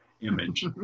image